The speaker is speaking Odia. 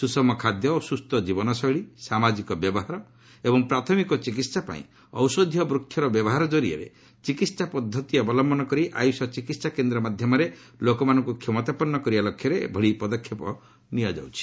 ସୁଷମ ଖାଦ୍ୟ ଓ ସୁସ୍ଥ ଜୀବନଶୈଳୀ ସାମାଜିକ ବ୍ୟବହାର ଏବଂ ପ୍ରାଥମିକ ଚିକିତ୍ସାପାଇଁ ଔଷଧିୟ ବ୍ୟବହାର ଜରିଆରେ ଚିକିତ୍ସା ପଦ୍ଧତି ଅବଲମ୍ବନ କରି ଆୟଷ ଚିକିତ୍ସା କେନ୍ଦ୍ର ମାଧ୍ୟମରେ ଲୋକମାନଙ୍କୁ କ୍ଷମତାପନ୍ନ କରିବା ଲକ୍ଷ୍ୟରେ ଏଭଳି ପଦକ୍ଷେପ ନିଆଯାଉଛି